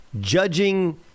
judging